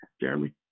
jeremy